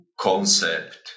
concept